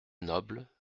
nobles